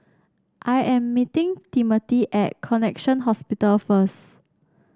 I am meeting Timothy at Connexion Hospital first